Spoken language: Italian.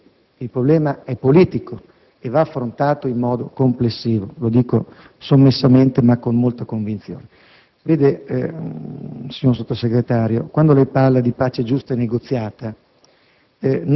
Il problema è quindi politico e va affrontato in modo complessivo. Lo dico sommessamente, ma con molta convinzione. Signora Sottosegretario, quando lei parla di «pace giusta e negoziata»,